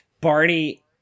Barney